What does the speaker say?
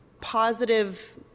positive